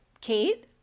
Kate